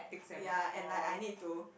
yea and like I need to